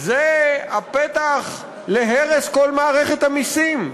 זה הפתח להרס כל מערכת המסים.